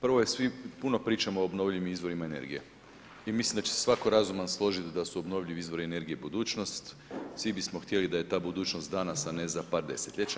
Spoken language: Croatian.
Prvo je puno pričamo o obnovljivim izvorima energije i mislim da će se svako razuman složiti da su obnovljivi izvori energije budućnost, svi bismo htjeli da je ta budućnost danas, a ne za par desetljeća.